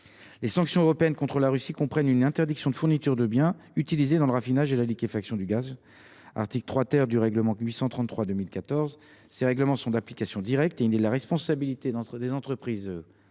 les sanctions européennes contre la Russie comprennent une interdiction de fourniture de biens utilisés dans le raffinage et la liquéfaction de gaz naturel, conformément au règlement de l’Union européenne n° 833/2014. Ce règlement est d’application directe et il est de la responsabilité des entreprises